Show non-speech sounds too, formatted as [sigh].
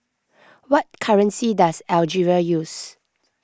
[noise] what currency does Algeria use